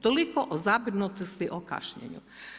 Toliko o zabrinutosti o kašnjenju.